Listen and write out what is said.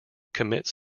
commits